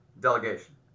delegation